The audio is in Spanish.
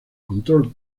control